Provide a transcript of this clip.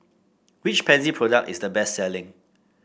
which Pansy product is the best selling